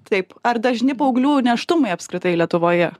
taip ar dažni paauglių nėštumai apskritai lietuvoje